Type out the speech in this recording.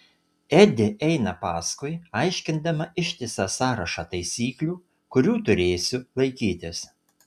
edi eina paskui aiškindama ištisą sąrašą taisyklių kurių turėsiu laikytis